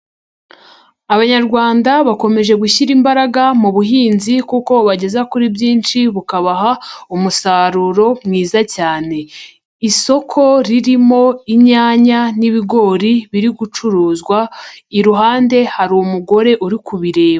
Abanyarwanda bakomeje gushyira imbaraga mu buhinzi kuko bubageza kuri byinshi bukabaha umusaruro mwiza cyane, isoko ririmo inyanya n'ibigori biri gucuruzwa, iruhande hari umugore uri kubireba.